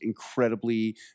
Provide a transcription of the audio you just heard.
incredibly